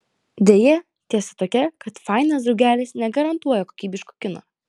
deja tiesa tokia kad fainas draugelis negarantuoja kokybiško kino